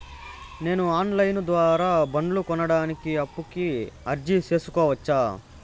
నేను online ద్వారా బండ్లు కొనడానికి అప్పుకి అర్జీ సేసుకోవచ్చా?